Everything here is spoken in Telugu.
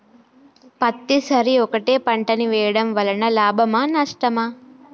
పత్తి సరి ఒకటే పంట ని వేయడం వలన లాభమా నష్టమా?